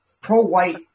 pro-white